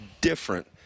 different